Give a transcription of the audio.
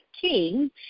king